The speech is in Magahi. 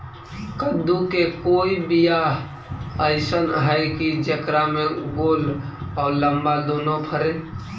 कददु के कोइ बियाह अइसन है कि जेकरा में गोल औ लमबा दोनो फरे?